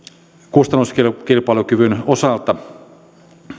kustannuskilpailukyvyn osalta